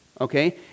okay